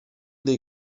dir